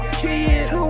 kids